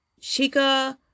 Shika